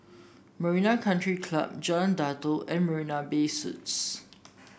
Marina Country Club Jalan Datoh and Marina Bay Suites